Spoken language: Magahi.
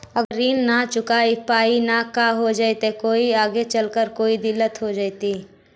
अगर ऋण न चुका पाई न का हो जयती, कोई आगे चलकर कोई दिलत हो जयती?